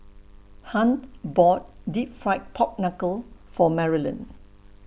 Hunt bought Deep Fried Pork Knuckle For Marylin